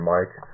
Mike